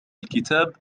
الكتاب